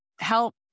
help